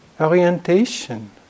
orientation